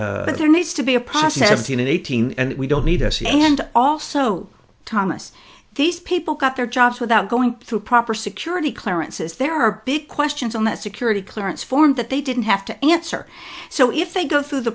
but there needs to be a process in eighteen and we don't need and also thomas these people got their jobs without going through proper security clearances there are big questions on that security clearance form that they didn't have to answer so if they go through the